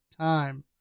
Time